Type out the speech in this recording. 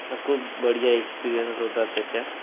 तर खूप बढिया एक्सपीरियन्स होता त्याचा